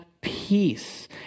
peace